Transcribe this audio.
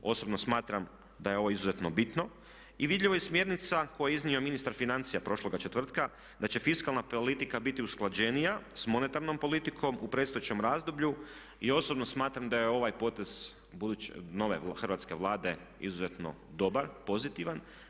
Osobno smatram da je ovo izuzetno bitno i vidljivo je iz smjernica koje je iznio ministar financija prošloga četvrtka da će fiskalna politika biti usklađenija sa monetarnom politikom u predstojećem razdoblju i osobno smatram da je ovaj potez nove hrvatske Vlade izuzetno dobar, pozitivan.